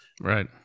Right